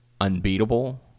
unbeatable